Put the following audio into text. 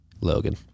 Logan